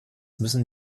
müssen